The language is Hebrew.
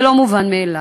זה לא מובן מאליו.